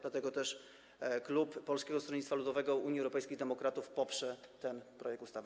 Dlatego też klub Polskiego Stronnictwa Ludowego - Unii Europejskich Demokratów poprze ten projekt ustawy.